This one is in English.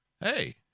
Hey